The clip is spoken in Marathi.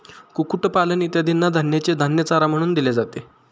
कुक्कुटपालन इत्यादींना धान्याचे धान्य चारा म्हणून दिले जाते